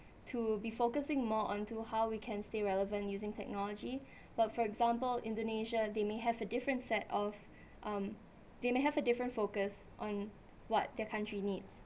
to be focusing more onto how we can stay relevant using technology but for example indonesia they may have a different set of um they may have a different focus on what their country needs